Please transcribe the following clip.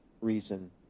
reason